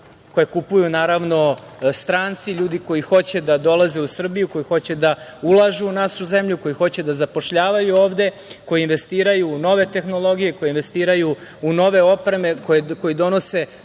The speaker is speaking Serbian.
koje kupuju, naravno, stranci, ljudi koji hoće da dolaze u Srbiju, koji hoće da ulažu u našu zemlju, koji hoće da zapošljavaju ovde, koji investiraju u nove tehnologije, koji investiraju u nove opreme, koji donose